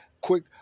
quick